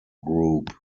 group